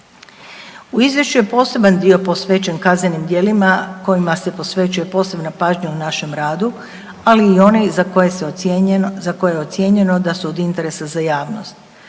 U Izvješću je poseban dio posvećen kaznenim djelima kojima se posvećuje posebna pažnja u našem radu, ali i oni za koje je ocijenjeno da su od interesa za javnost.